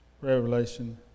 revelation